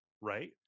right